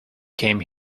came